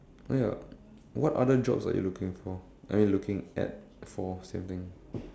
oh ya what other jobs are you looking for I mean looking at for same thing